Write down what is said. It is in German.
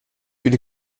viele